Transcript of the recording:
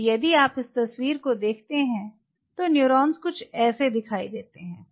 तो यदि आप इस तस्वीर को देखते हैं तो न्यूरॉन्स कुछ ऐसे दीखते हैं